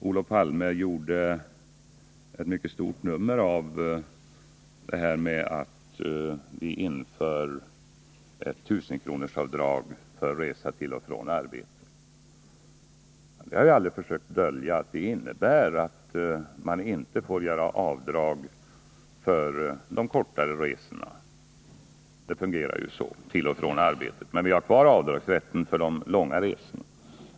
Olof Palme gjorde ett mycket stort nummer av detta att vi inför ett 1 000-kronorsavdrag för resa till och från arbetet. Vi har aldrig försökt dölja att det innebär att man inte får göra avdrag för de kortare resorna till och från arbetet — det fungerar ju så. Men vi har kvar avdragsrätten för de långa resorna.